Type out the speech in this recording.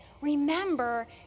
Remember